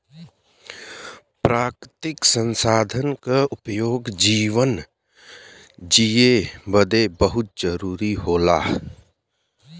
प्राकृतिक संसाधन क उपयोग जीवन जिए बदे बहुत जरुरी होला